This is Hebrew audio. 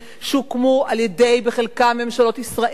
שחלקם הוקמו על-ידי ממשלות ישראל,